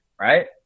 right